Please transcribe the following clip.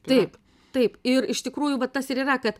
taip taip ir iš tikrųjų vat tas ir yra kad